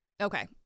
Okay